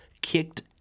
kicked